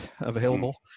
available